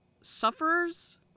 sufferers